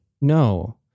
No